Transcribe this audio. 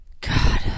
God